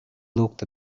looked